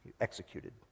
executed